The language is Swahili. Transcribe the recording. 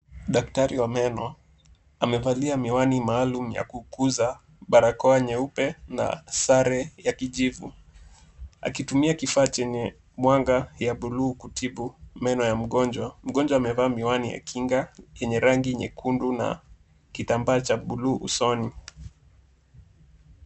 Daktari wa meno, amevalia miwani maalum ya kukuza barakoa nyeupe na sare ya kijivu. Akitumia kifaa chenye mwanga ya buluu kutibu meno ya mgonjwa, mgonjwa amevaa miwani ya kinga yenye rangi nyekundu na kitambaa cha buluu usoni.